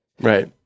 Right